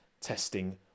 testing